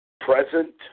present